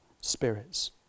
spirits